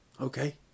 okay